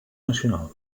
nacional